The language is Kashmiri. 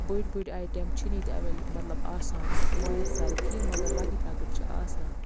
بٔڑۍ بٔڑۍ آیٹَم چھِنہٕ ییٚتہِ اٮ۪ویلہِ مطلب آسان کہِ مَیسّر کیٚنہہ مگر لۄکٕٹۍ لۄکٕٹۍ چھِ آسان